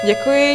Děkuji.